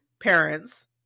parents